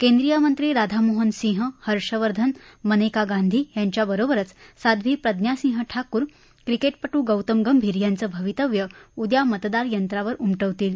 केंद्रीय मंत्री राधामोहन सिंह हर्षवर्धन मनेका गांधी यांच्या बरोबरच साध्वी प्रज्ञा सिंह ठाकूर क्रिकेटपटू गौतम गंभीर यांचं भवितव्य उद्या मतदार यंत्रावर उमटवतील